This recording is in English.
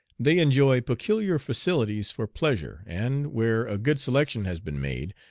they enjoy peculiar facilities for pleasure, and, where a good selection has been made,